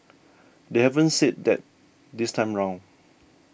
they haven't said that this time round